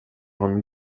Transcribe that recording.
honom